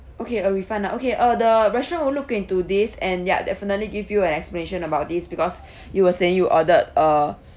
okay a refund ah okay uh the restaurant will look into this and yeah definitely give you an explanation about this because you were saying you ordered uh